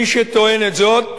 מי שטוען את זאת,